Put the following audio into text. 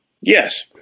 Yes